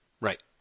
Right